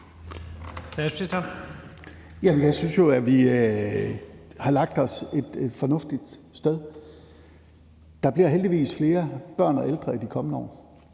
jeg synes jo, vi har lagt os et fornuftigt sted. Der bliver heldigvis flere børn og ældre i de kommende år,